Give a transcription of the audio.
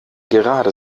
gerade